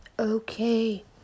Okay